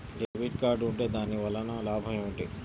Debit card ఉంటే దాని వలన లాభం ఏమిటీ?